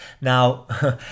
Now